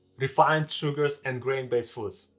refined sugars, and grain-based foods.